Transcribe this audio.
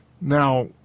Now